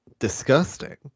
disgusting